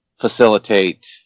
facilitate